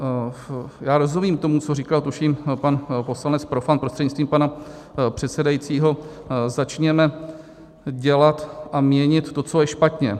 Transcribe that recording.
No, já rozumím tomu, co říkal, tuším, pan poslanec Profant prostřednictvím pana předsedajícího, začněme dělat a měnit to, co je špatně.